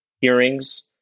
hearings